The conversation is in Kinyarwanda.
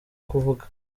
kuvuga